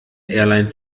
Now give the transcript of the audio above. airline